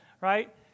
right